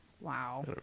Wow